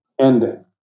ending